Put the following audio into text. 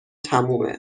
تمومه